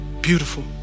beautiful